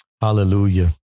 Hallelujah